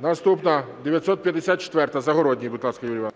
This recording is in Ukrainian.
Наступна 954-а. Загородній, будь ласка, Юрій Іванович.